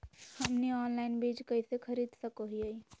हमनी ऑनलाइन बीज कइसे खरीद सको हीयइ?